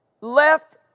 left